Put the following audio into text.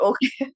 Okay